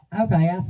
Okay